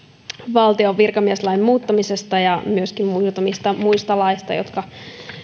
valtion virkamieslain muuttamisesta ja myöskin muutamista muista laeista jotka